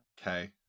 Okay